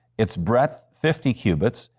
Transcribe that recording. its breadth fifty cubits,